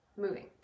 moving